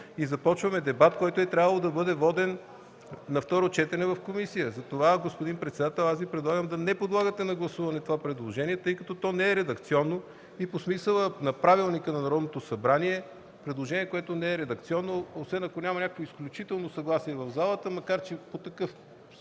и започваме дебат, който е трябвало да бъде воден на второ четене в комисията. Затова, господин председател, аз Ви предлагам да не подлагате на гласуване това предложение, тъй като то не е редакционно по смисъла на Правилника на Народното събрание. Предложението, което не е редакционно, освен ако няма някакво изключително съгласие в пленарната зала, макар по такъв